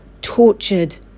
tortured